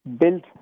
built